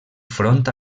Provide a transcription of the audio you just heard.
front